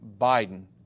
Biden